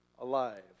Alive